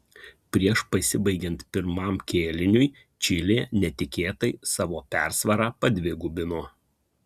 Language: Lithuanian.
prieš pasibaigiant pirmam kėliniui čilė netikėtai savo persvarą padvigubino